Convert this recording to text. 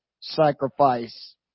sacrifice